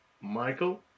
Michael